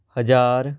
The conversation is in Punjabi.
ਹਜ਼ਾਰ